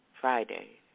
Friday